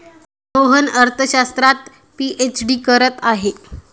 मोहन अर्थशास्त्रात पीएचडी करत आहे